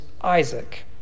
Isaac